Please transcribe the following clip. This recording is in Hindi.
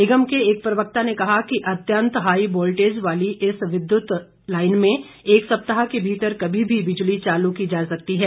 निगम के एक प्रवक्ता ने कहा कि अत्यंत हाई वोल्टेज वाली इस विद्युत लाईन में एक सप्ताह के भीतर कभी भी बिजली चालू की जा सकती है